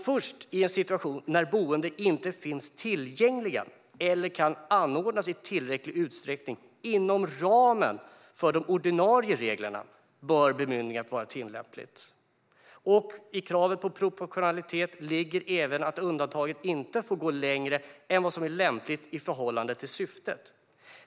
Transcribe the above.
Först i en situation när boenden inte finns tillgängliga eller kan anordnas i tillräcklig utsträckning inom ramen för de ordinarie reglerna bör bemyndigandet vara tillämpligt. I kravet på proportionalitet ligger även att undantaget inte får gå längre än vad som är lämpligt i förhållande till syftet.